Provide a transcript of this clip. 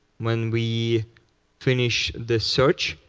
when we finish this search